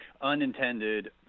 unintended